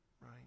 Right